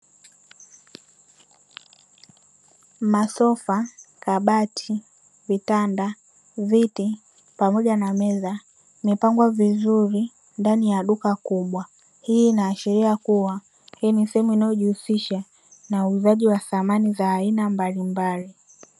Masofa, kabati, vitanda, viti pamoja na meza zimepangwa vizuri ndani ya duka kubwa, hii inaashiria kuwa hii ni sehemu inayojihusisha na uuzaji wa samani za aina mbalimbali.